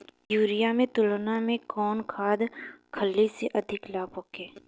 Urea के तुलना में कौन खाध खल्ली से अधिक लाभ होखे?